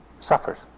suffers